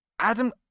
Adam